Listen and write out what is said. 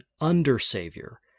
under-savior